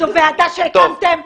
זו ועדה שהקמתם,